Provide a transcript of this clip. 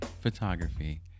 photography